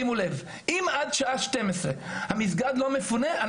אם עד השעה 12:00 המסגד לא מפונה,